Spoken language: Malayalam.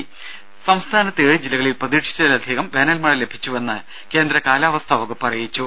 രും സംസ്ഥാനത്ത് ഏഴ് ജില്ലകളിൽ പ്രതീക്ഷിച്ചതിലധികം വേനൽമഴ ലഭിച്ചുവെന്ന് കേന്ദ്ര കാലാവസ്ഥാ വകുപ്പ് അറിയിച്ചു